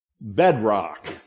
bedrock